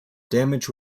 damage